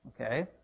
Okay